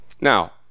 Now